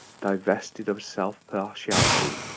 divested of self-partiality,